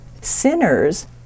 sinners